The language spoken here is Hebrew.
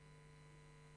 2. מה ייעשה למניעת אפליה זו?